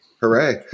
Hooray